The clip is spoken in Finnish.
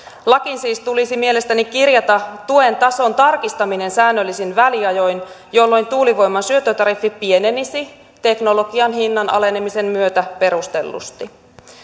lakiin siis tulisi mielestäni kirjata tuen tason tarkistaminen säännöllisin väliajoin jolloin tuulivoiman syöttötariffi pienenisi teknologian hinnan alenemisen myötä perustellusti